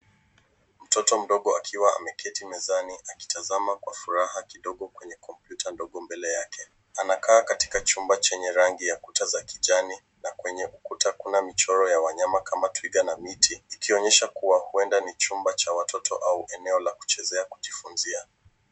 Mtoto mdogo akiwa ameketi mezani akitazama kwa furaha kidogo kwenye kompyuta ndogo mbele yake. Anakaa katika chumba chenye rangi ya kuta za kijani na kwenye kuta kuna michoro ya wanyama kama twiga na miti. Ikionyesha kuwa huenda ni chumba cha watoto au eneo la kuchezea , kujifunzia.